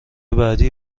بعدی